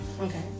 Okay